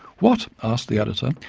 what, asked the editor,